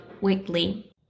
weekly